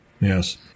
yes